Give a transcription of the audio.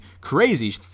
crazy